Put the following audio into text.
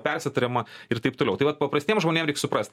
persitariama ir taip toliau tai vat paprastiem žmonėm reik suprast